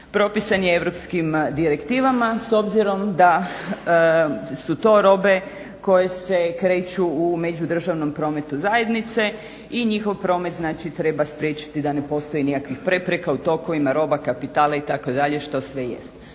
propisane europskim direktivama s obzirom da su to robe koje se kreću u međudržavnom prometu zajednice i njihov promet treba spriječiti da ne postoji nikakvih prepreka u tokovima roba, kapitala itd. što sve jest.